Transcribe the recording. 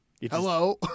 Hello